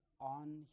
on